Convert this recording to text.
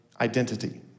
identity